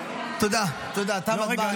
--- תודה, תם הזמן.